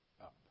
up